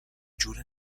جوره